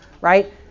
right